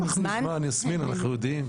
לא כל כך מזמן יסמין אנחנו יודעים.